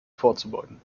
vorzubeugen